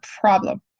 problem